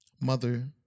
mother